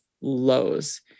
lows